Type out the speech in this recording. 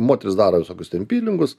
moterys daro visokius ten pilingus